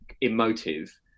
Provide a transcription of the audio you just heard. emotive